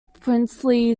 princely